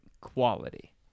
quality